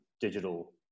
digital